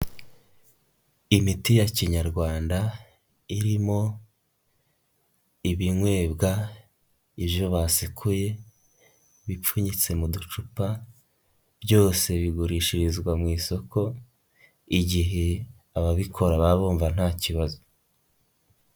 Imiti ya kinyarwanda irimo ibinywebwa, ivyo basekuye bipfunyitse mu ducupa. byose bigurishirizwa mu isoko igihe ababikora baba bumva nta kibazo.